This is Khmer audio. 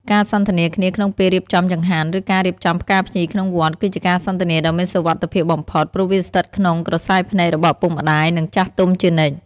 ការសន្ទនាគ្នាក្នុងពេលរៀបចំចង្ហាន់ ឬការរៀបចំផ្កាភ្ញីក្នុងវត្ត គឺជាការសន្ទនាដ៏មានសុវត្ថិភាពបំផុត ព្រោះវាស្ថិតក្នុងក្រសែភ្នែករបស់ឪពុកម្ដាយ និងចាស់ទុំជានិច្ច។